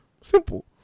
simple